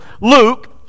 Luke